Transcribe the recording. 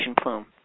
plume